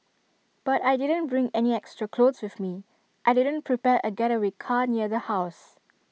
but I didn't bring any extra clothes with me I didn't prepare A getaway car near the house